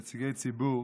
נציגי ציבור,